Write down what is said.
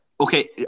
okay